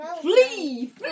Flee